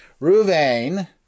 Ruvain